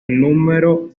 número